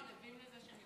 אתם ערבים לזה שהם,